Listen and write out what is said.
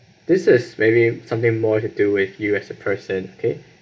this is maybe something more to do with you as a person okay